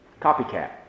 Copycat